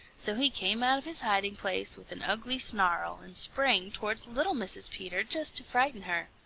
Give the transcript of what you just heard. so he came out of his hiding-place with an ugly snarl and sprang toward little mrs. peter just to frighten her.